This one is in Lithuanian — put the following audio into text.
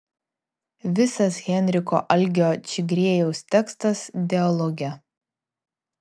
visas henriko algio čigriejaus tekstas dialoge